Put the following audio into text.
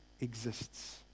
exists